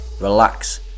relax